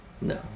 No